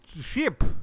ship